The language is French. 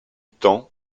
temps